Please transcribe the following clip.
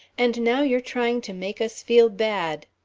and now you're trying to make us feel bad.